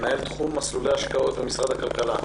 מנהל תחום מסלולי השקעות במשרד הכלכלה.